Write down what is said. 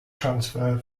transfer